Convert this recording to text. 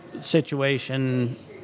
situation